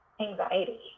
anxiety